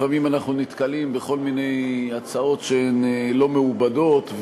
לפעמים אנחנו נתקלים בכל מיני הצעות שהן לא מעובדות.